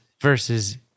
versus